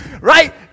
Right